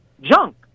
junk